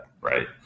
right